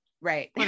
Right